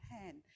hand